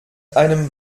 einem